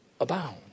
abound